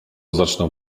zacznę